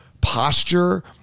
posture